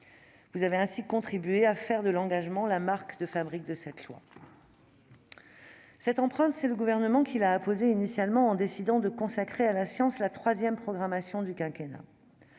Vous avez ainsi contribué à faire de l'engagement la marque de fabrique de cette loi. Cette empreinte, c'est le Gouvernement qui l'a apposée initialement, en décidant de consacrer à la science la troisième programmation du quinquennat.